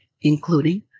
including